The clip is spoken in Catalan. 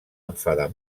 enfadar